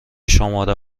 شماره